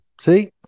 see